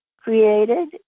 created